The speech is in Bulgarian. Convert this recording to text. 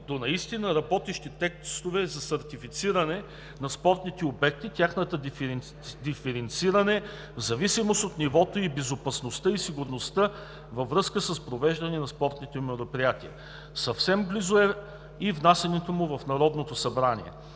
до наистина работещи текстове за сертифициране на спортните обекти, тяхното диференциране в зависимост от нивото, безопасността и сигурността, във връзка с провеждане на спортните мероприятия. Съвсем близо е и внасянето му в Народното събрание.